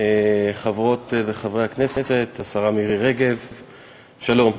חברות וחברי הכנסת, השרה מירי רגב, שלום,